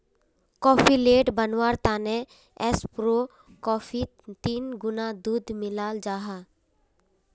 cafe latte बनवार तने espresso कोफ्फीत तीन गुणा दूध मिलाल जाहा